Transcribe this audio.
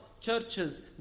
churches